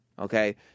Okay